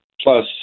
plus